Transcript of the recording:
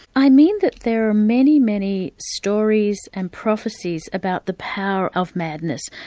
i mean that there are many, many stories and prophecies about the power of madness,